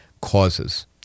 causes